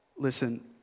Listen